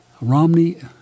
Romney